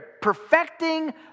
perfecting